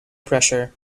pressure